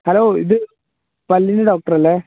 hello ഇത് പല്ലിൻറ്റെ doctor അല്ലേ